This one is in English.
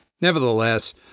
Nevertheless